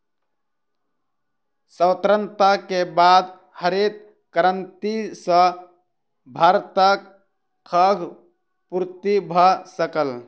स्वतंत्रता के बाद हरित क्रांति सॅ भारतक खाद्य पूर्ति भ सकल